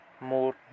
more